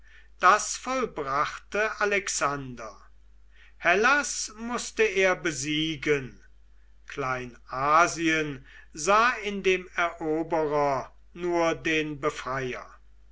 das vollbrachte alexander hellas mußte er besiegen kleinasien sah in dem eroberer nur den befreier